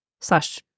slash